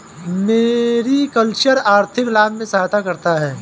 mariculture आर्थिक लाभ में सहायता करता है